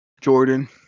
Jordan